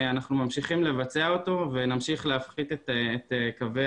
אנחנו ממשיכים לבצע אותו ונמשיך להפחית את קווי